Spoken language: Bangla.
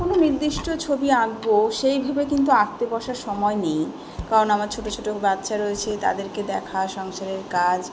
কোনো নির্দিষ্ট ছবি আঁকবো সেই ভেবে কিন্তু আঁকতে বসার সময় নেই কারণ আমার ছোটো ছোটো বাচ্চা রয়েছে তাদেরকে দেখা সংসারের কাজ